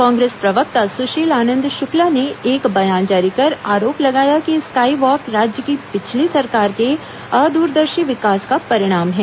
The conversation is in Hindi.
कांग्रेस प्रवक्ता सुशील आनंद शुक्ला ने एक बयान जारी कर आरोप लगाया कि स्काई वॉक राज्य की पिछली सरकार के अदूरदर्शी विकास का परिणाम है